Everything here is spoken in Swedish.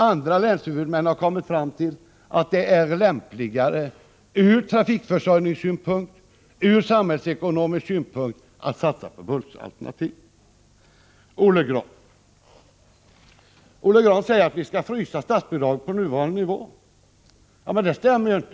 Andra länshuvudmän har kommit fram till att det är lämpligare från trafikförsörjningssynpunkt och samhällsekonomisk synpunkt att satsa på bussalternativet. Olle Grahn säger att vi skall frysa statsbidraget på nuvarande nivå. Men det stämmer ju inte.